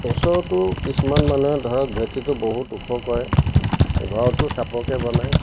ওচৰটো কিছুমান মানুহে ধৰক ভেটিটো বহুত ওখ কৰে ঘৰটো চাপৰকৈ বনায়